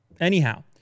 Anyhow